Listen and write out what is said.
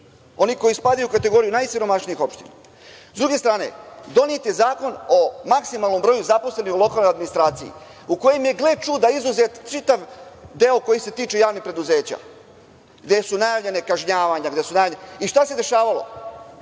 oni koji spadaju u kategoriju najsiromašnijih opština.S druge strane, donet je zakon o maksimalnom broju zaposlenih u lokalnoj administraciji, u kojoj je, gle čuda, izuzet čitav deo koji se tiče javnih preduzeća, gde su najavljena kažnjavanja. I šta se dešavalo?